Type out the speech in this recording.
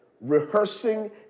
rehearsing